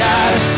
God